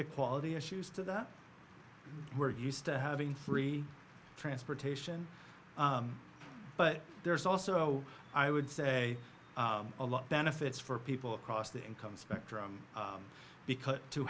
equality issues to that we're used to having free transportation but there's also i would say a lot benefits for people across the income spectrum because to